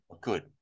Good